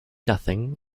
nothing